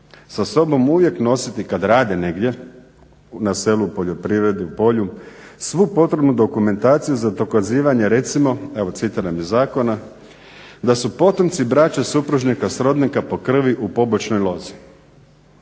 sa sobom uvijek nositi kad rade na negdje, na selu poljoprivredi u polju svu potrebnu dokumentaciju za dokazivanje recimo, evo citiram iz zakona: da su potomci, bračnog supružnika, srodnika po krvi u pobočnoj lozi.